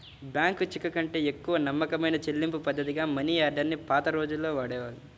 bank చెక్కుకంటే ఎక్కువ నమ్మకమైన చెల్లింపుపద్ధతిగా మనియార్డర్ ని పాత రోజుల్లో వాడేవాళ్ళు